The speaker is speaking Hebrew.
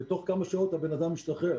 החלטה היום בבוקר ובתוך כמה שעות הבן אדם משתחרר.